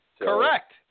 Correct